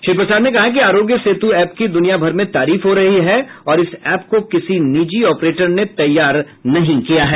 श्री प्रसाद ने कहा कि आरोग्य सेतु की दुनिया भर में तारीफ हो रही है और इस ऐप को किसी निजी ऑपरेटर ने तैयार नहीं किया है